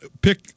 pick